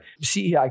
CEI